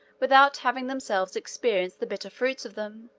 without having themselves experienced the bitter fruits of them,